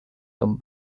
tom